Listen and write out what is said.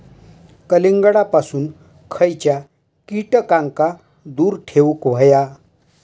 कलिंगडापासून खयच्या कीटकांका दूर ठेवूक व्हया?